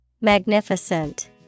Magnificent